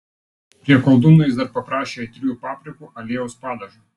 prie koldūnų jis dar paprašė aitriųjų paprikų aliejaus padažo